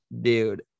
Dude